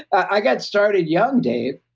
i got started young, dave.